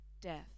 death